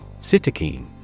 cytokine